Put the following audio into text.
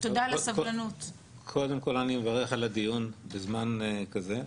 קודם כל, אני מברך על הדיון בזמן כזה.